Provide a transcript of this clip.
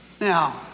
Now